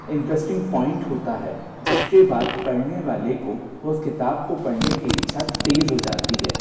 interesting point होता है जिसके बाद पढ़ने वाले को उस किताब को पढ़ने की इच्छा तेज हो जाती है